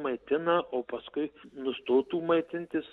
maitina o paskui nustotų maitintis